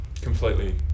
Completely